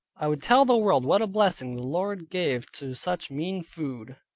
i would tell the world what a blessing the lord gave to such mean food.